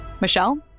Michelle